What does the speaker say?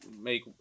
make